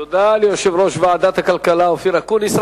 תודה ליושב-ראש ועדת הכלכלה אופיר אקוניס.